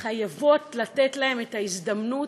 חייבות לתת להן את ההזדמנות,